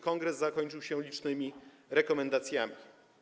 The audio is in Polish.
Kongres zakończył się licznymi rekomendacjami.